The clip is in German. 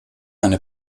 eine